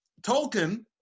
Tolkien